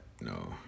no